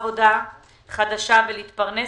אובדן כושר עבודה ובביטוח המנהלים שלהם לפחות עד תום המשבר הזה.